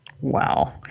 Wow